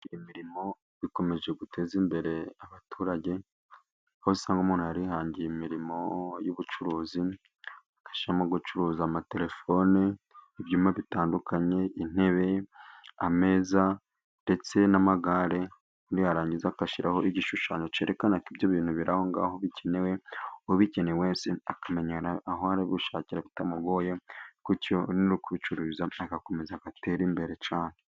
Imirimo ikomeje guteza imbere abaturage. Aho usanga umuntu yarihangiye imirimo y'ubucuruzi. Agashyiramo gucuruza amatelefoni, ibyuma bitandukanye, intebe, ameza ndetse n'amagare. Ubundi yarangiza agashyiraho igishushanyo cyerekana ko ibyo bintu biri aho ngaho bikenewe. Ubikeneye wese akamenya aho arabishakira bitamugoye, gutyo n'uri kubicuruza agakomeza gutera imbere cyane.